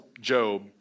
Job